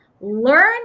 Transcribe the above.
learn